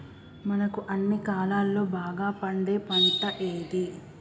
మనకు అన్ని కాలాల్లో బాగా పండే పంట ఏది?